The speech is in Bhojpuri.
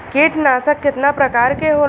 कीटनाशक केतना प्रकार के होला?